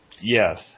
Yes